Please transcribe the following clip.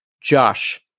Josh